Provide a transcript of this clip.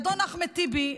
אדון אחמד טיבי,